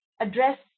address